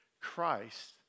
Christ